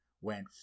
went